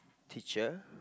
teacher